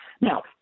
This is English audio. Now